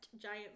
giant